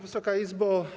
Wysoka Izbo!